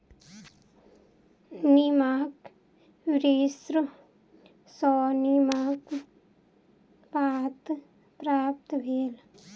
नीमक वृक्ष सॅ नीमक पात प्राप्त भेल